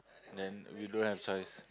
then we don't have choice